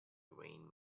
rain